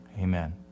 Amen